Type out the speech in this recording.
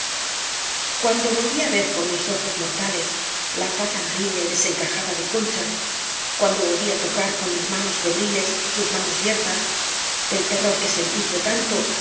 cuando volví á ver con mis ojos moríales la faz amarilla y desencajada de concha cuando volví á tocar con mis manos febriles sus manos yertas el terror que sentí fue tan